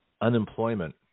unemployment